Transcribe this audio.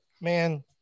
Man